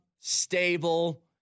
stable